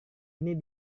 ini